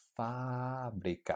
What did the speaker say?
fábrica